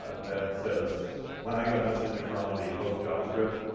ah that says when i get a message from the host javascript,